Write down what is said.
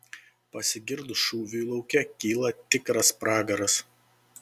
pasigirdus šūviui lauke kyla tikras pragaras